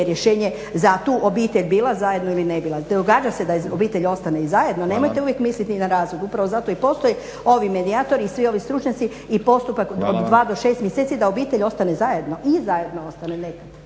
rješenje za tu obitelj bila zajedno ili ne bila. Događa se da obitelj ostane i zajedno, nemojte uvijek misliti na razvod. Upravo zato i postoje ovi medijatori i svi ovi stručnjaci i postupak od dva do šest mjeseci da obitelj ostaje zajedno i zajedno ostaje nekad.